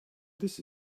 this